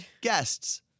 guests